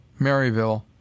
Maryville